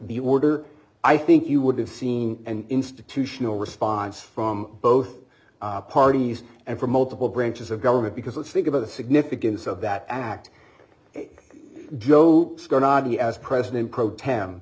the order i think you would have seen an institutional response from both parties and from multiple branches of government because let's think about the significance of that act joe as president pro t